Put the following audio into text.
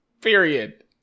Period